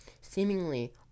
seemingly